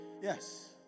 Yes